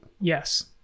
yes